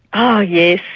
oh yes,